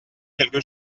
quelque